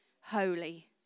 Holy